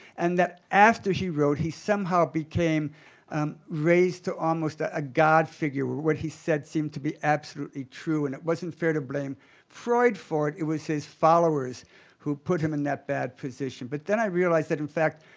and that after he wrote he somehow became raised to almost a ah god figure, what he said seemed to be absolutely true and it wasn't fair to blame freud for it, it was his followers who put him in that bad position. but then i realized that, in fact,